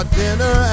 dinner